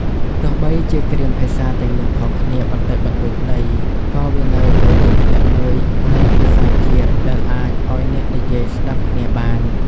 ទោះបីជាគ្រាមភាសាទាំងនោះខុសគ្នាបន្តិចបន្តួចក្តី ក៏វានៅតែជាផ្នែកមួយនៃភាសាជាតិ ដែលអាចឲ្យអ្នកនិយាយស្តាប់គ្នាបាន។